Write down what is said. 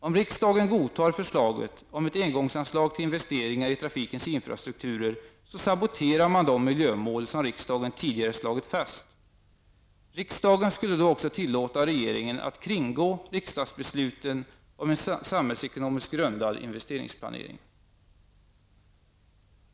Om riksdagen godtar förslaget om ett engångsanslag till investeringar i trafikens infrastrukturer, saboterar man de miljömål som riksdagen tidigare slagit fast. Riksdagen skulle då också tillåta regeringen att kringgå riksdagsbesluten om en samhällsekonomiskt grundad investeringsplanering.